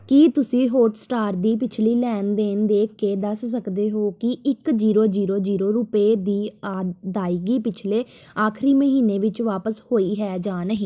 ਕੀ ਤੁਸੀਂਂ ਹੌਟਸਟਾਰ ਦੀ ਪਿਛਲੀ ਲੈਣ ਦੇਣ ਦੇਖ ਕੇ ਦੱਸ ਸਕਦੇ ਹੋ ਕਿ ਇਕ ਜ਼ੀਰੋ ਜ਼ੀਰੋ ਜ਼ੀਰੋ ਰੁਪਏ ਦੀ ਅਦਾਇਗੀ ਪਿਛਲੇ ਆਖਰੀ ਮਹੀਨੇ ਵਿੱਚ ਵਾਪਿਸ ਹੋਈ ਹੈ ਜਾਂ ਨਹੀਂ